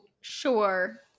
sure